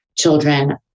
children